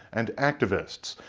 and activists.